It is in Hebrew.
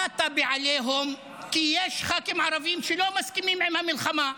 באת בעליהום כי יש ח"כים ערבים שלא מסכימים עם המלחמה,